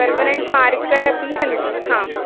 permanent marker अपि सन्ति हा